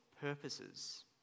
purposes